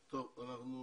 טוב, אנחנו